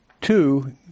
two